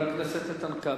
חבר הכנסת איתן כבל.